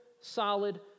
solid